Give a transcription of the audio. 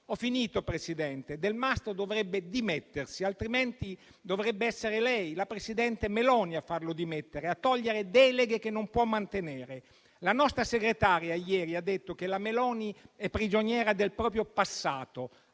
Ho finito, Presidente. Delmastro dovrebbe dimettersi, altrimenti dovrebbe essere la presidente Meloni a farlo dimettere, a togliergli deleghe che non può mantenere. La nostra Segretaria ieri ha detto che Meloni è prigioniera del proprio passato.